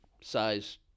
size